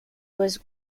was